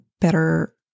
better